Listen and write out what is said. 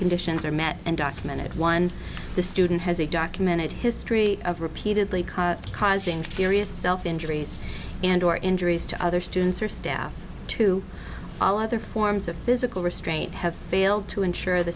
conditions are met and documented the student has a documented history of repeatedly causing serious injuries and or injuries to other students or staff to all other forms of physical restraint have failed to ensure the